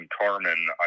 carmen